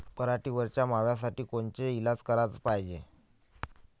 पराटीवरच्या माव्यासाठी कोनचे इलाज कराच पायजे?